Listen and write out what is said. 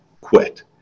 quit